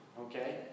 Okay